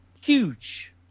huge